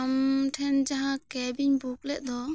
ᱟᱢ ᱴᱷᱮᱱ ᱡᱟᱦᱟᱸ ᱠᱮᱵᱽᱤᱧ ᱵᱩᱠ ᱞᱮᱫ ᱫᱚ